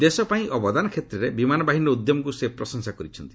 ଦେଶପାଇଁ ଅବଦାନ କ୍ଷେତ୍ରରେ ବିମାନ ବାହିନୀର ଉଦ୍ୟମକୁ ସେ ପ୍ରଶଂସା କରିଛନ୍ତି